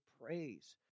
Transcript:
praise